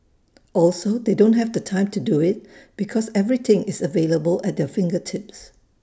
also they don't have the time to do IT because everything is available at their fingertips